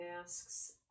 asks